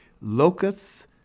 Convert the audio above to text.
locusts